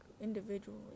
individually